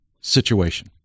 situation